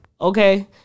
Okay